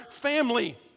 family